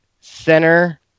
center